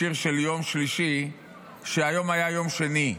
את השיר של יום שלישי כשהיום היה יום שני,